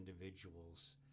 individuals